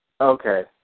Okay